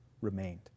remained